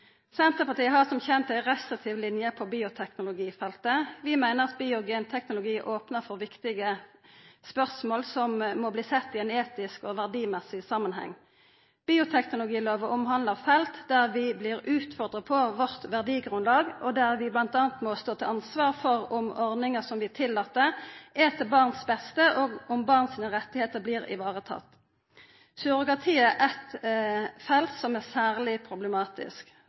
Senterpartiet har som kjent ei restriktiv linje på bioteknologifeltet. Vi meiner at bio- og genteknologi opnar for viktige spørsmål som må verta sett i ein etisk og verdimessig samanheng. Bioteknologilova omhandlar felt der vi vert utfordra på vårt verdigrunnlag, og der vi bl.a. må stå til ansvar for om ordningar som er tillatt, er til barns beste, og om barn sine rettar vert varetatt. Surrogati er eit felt som er særleg problematisk.